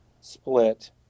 split